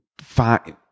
five